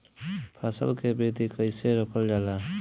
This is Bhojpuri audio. फसल के वृद्धि कइसे रोकल जाला?